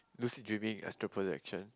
lose dreaming as the projection